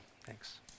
Thanks